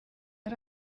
ari